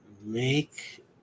Make